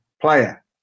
player